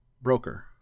Broker